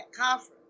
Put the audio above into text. conference